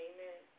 Amen